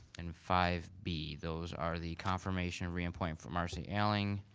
and five b, those are the confirmation reappoint for marcy elling.